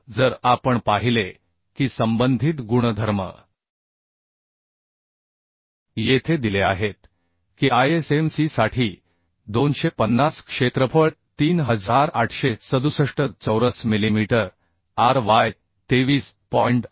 तर जर आपण पाहिले की संबंधित गुणधर्म येथे दिले आहेत की ISMC साठी 250 क्षेत्रफळ 3867 चौरस मिलीमीटर Ry 23